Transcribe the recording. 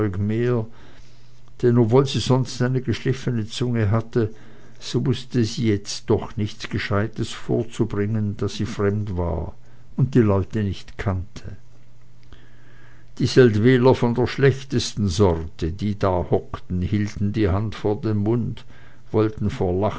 denn obwohl sie sonst eine geschliffene zunge hatte so wußte sie jetzt doch nichts gescheites vorzubringen da sie fremd war und die leute nicht kannte die seldwyler von der schlechtesten sorte die da hockten hielten die hand vor den mund wollten